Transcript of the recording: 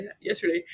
yesterday